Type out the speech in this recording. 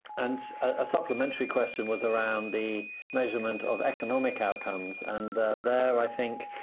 and a supplementary question was around the measurement of economic outcomes, and there i think